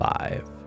Five